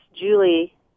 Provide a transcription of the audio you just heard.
Julie